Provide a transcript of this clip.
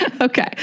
Okay